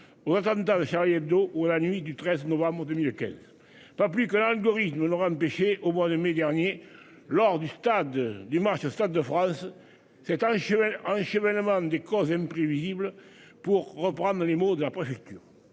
aurait Tam-Tam Charlie-Hebdo ou la nuit du 13 novembre 2015. Pas plus que l'algorithme ne l'aura empêché au mois de mai dernier lors du stade du match Stade de France c'est un. Un Chevènement des causes imprévisible pour reprendre les mots de la préfecture.